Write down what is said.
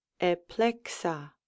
eplexa